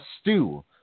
stew